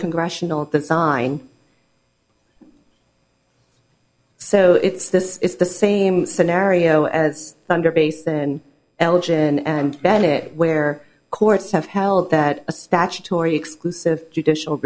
congressional design so it's this is the same scenario as under base then elgin and bennett where courts have held that a statutory exclusive judicial